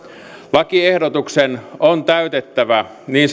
lakiehdotuksen on täytettävä niin